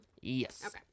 Yes